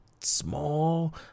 small